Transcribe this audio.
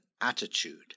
attitude